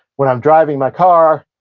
when i'm driving my car,